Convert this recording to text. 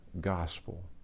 gospel